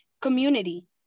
community